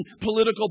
political